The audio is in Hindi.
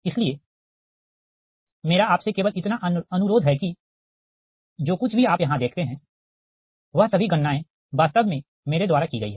इसलिए मेरा आपसे केवल इतना अनुरोध है कि जो कुछ भी आप यहाँ देखते हैं वह सभी गणनाएँ वास्तव में मेरे द्वारा की गई हैं